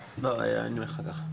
לא, אני אדבר אחר כך.